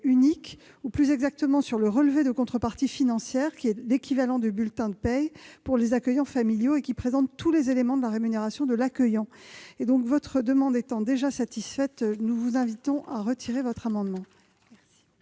unique ou, plus exactement, sur le relevé de contreparties financières, qui est l'équivalent du bulletin de paie pour les accueillants familiaux et qui présente tous les éléments de la rémunération de l'accueillant. Cette demande étant déjà satisfaite, le Gouvernement demande le retrait de cet amendement.